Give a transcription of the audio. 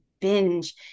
binge